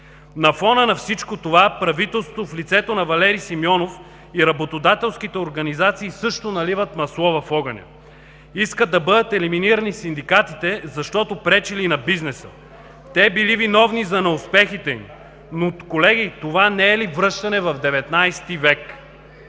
На фона на всичко това правителството в лицето на Валери Симеонов и работодателските организации също наливат масло в огъня. Искат да бъдат елиминирани синдикатите, защото пречили на бизнеса. Те били виновни за неуспехите им. Но, колеги това не е ли връщане в XIX век.?